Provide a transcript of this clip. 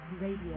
Radio